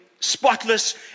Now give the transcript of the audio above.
Spotless